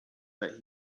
that